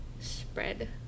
spread